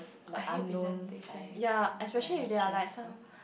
I hate presentation ya especially if there are like some